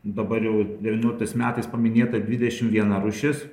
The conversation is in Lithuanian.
dabar jau devynioliktais metais paminėta dvidešim viena rūšis